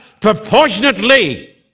proportionately